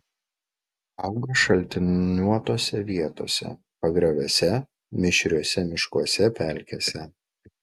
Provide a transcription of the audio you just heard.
auga šaltiniuotose vietose pagrioviuose mišriuose miškuose pelkėse